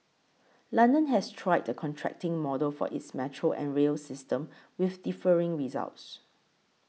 London has tried a contracting model for its metro and rail system with differing results